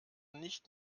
nicht